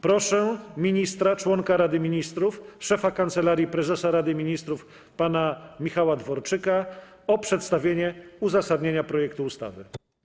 Proszę ministra - członka Rady Ministrów, szefa Kancelarii Prezesa Rady Ministrów pana Michała Dworczyka o przedstawienie uzasadnienia projektu ustawy.